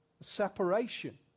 Separation